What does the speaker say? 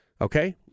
Okay